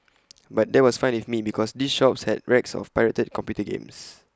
but that was fine with me because these shops had racks of pirated computer games